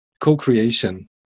co-creation